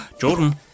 Jordan